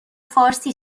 فارسی